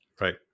Right